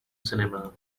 cinema